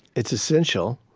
it's essential